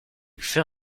fait